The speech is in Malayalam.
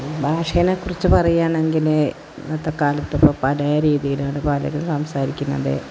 ഭാഷേനെക്കുറിച്ച് പറയാണെങ്കിൽ ഇന്നത്തെക്കാലത്തിപ്പം പഴയ രീതിയിൽ ആണ് പലരും സംസാരിക്കുന്നത്